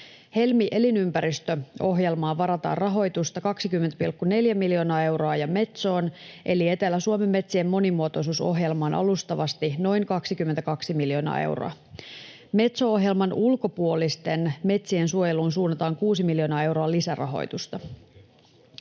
Helmi-elinympäristöohjelmaan varataan rahoitusta 20,4 miljoonaa euroa ja Metsoon eli Etelä-Suomen metsien monimuotoisuusohjelmaan alustavasti noin 22 miljoonaa euroa. Metso-ohjelman ulkopuolisten metsien suojeluun suunnataan 6 miljoonaa euroa lisärahoitusta.